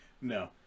No